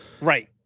Right